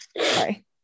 sorry